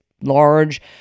large